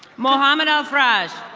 mohamad alfraz.